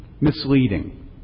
Misleading